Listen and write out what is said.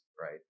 right